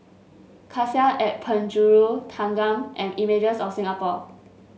Cassia at Penjuru Thanggam and Images of Singapore